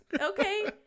okay